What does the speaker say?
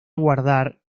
guardar